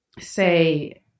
say